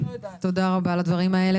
תודה רבה על הדברים האלה.